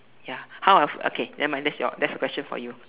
ya how of okay never mind that's your that your question for you